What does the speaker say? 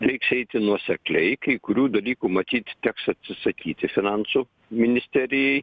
reiks eiti nuosekliai kai kurių dalykų matyt teks atsisakyti finansų ministerijai